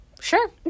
Sure